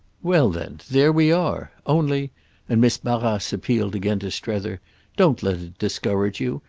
well then there we are! only and miss barrace appealed again to strether don't let it discourage you.